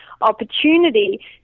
opportunity